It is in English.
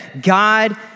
God